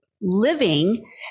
Living